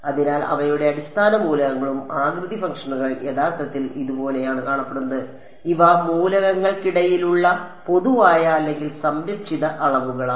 അതിനാൽ അവയുടെ അടിസ്ഥാന മൂലകങ്ങളുടെ ആകൃതി ഫംഗ്ഷനുകൾ യഥാർത്ഥത്തിൽ ഇതുപോലെയാണ് കാണപ്പെടുന്നത് ഇവ മൂലകങ്ങൾക്കിടയിലുള്ള പൊതുവായ അല്ലെങ്കിൽ സംരക്ഷിത അളവുകളാണ്